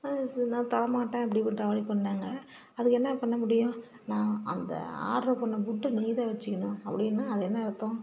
நான் தரமாட்டேன் அப்படி இப்படின்னு அவாய்ட் பண்ணிணாங்க அதுக்கு என்ன பண்ண முடியும் நான் அந்த ஆட்ரு பண்ண ஃபுட்டு நீதான் வச்சுக்கணும் அப்படின்னா அது என்ன அர்த்தம்